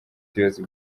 ubuyobozi